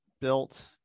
built